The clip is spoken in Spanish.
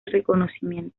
reconocimientos